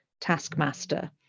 taskmaster